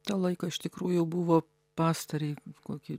to laiko iš tikrųjų jau buvo pastarąjį kokį